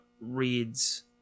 reads